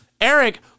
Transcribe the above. Eric